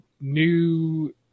new